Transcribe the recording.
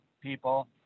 people